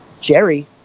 Jerry